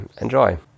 enjoy